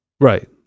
Right